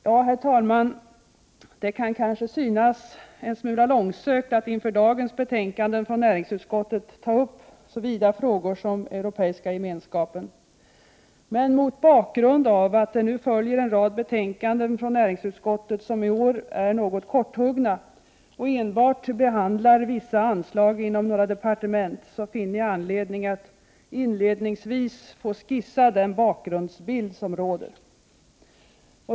Ja, herr talman, det kan synas en smula långsökt att vid behandlingen av dagens betänkanden från näringsutskottet ta upp en så vid fråga som frågan om den europeiska gemenskapen. Men mot bakgrund av att det nu kommer en rad betänkanden från näringsutskottet som i år är något korthuggna och som enbart handlar om vissa anslag inom några departement finner jag att det finns anledning att inledningsvis skissa den bakgrundsbild som gäller.